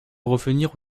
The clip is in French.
revenir